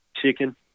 chicken